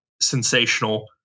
sensational